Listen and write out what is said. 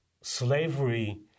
slavery